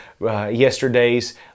yesterday's